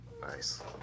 Nice